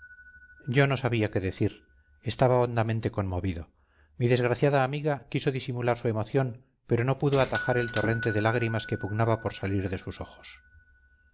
yo no sabía qué decir estaba hondamente conmovido mi desgraciada amiga quiso disimular su emoción pero no pudo atajar el torrente de lágrimas que pugnaba por salir de sus ojos